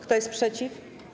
Kto jest przeciw?